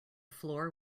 floor